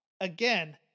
again